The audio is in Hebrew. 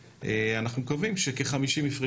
1.27 מיליארד בתקציב השכר והגמלאות נובע